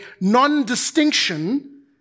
non-distinction